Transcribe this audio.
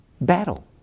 battle